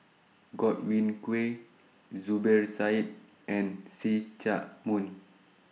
Godwin Koay Zubir Said and See Chak Mun